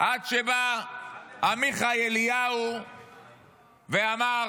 עד שבא עמיחי אליהו ואמר: